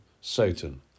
Satan